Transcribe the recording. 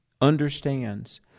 understands